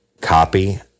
copy